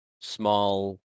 small